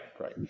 right